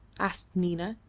asked nina,